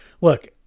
Look